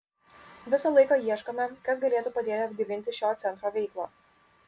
visą laiką ieškome kas galėtų padėti atgaivinti šio centro veiklą